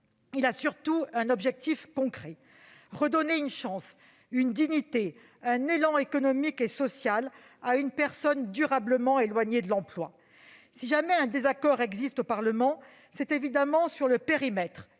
surtout à un objectif concret : redonner une chance, une dignité, un élan économique et social à une personne durablement éloignée de l'emploi. Si jamais un désaccord se fait jour au Parlement, c'est évidemment sur le périmètre,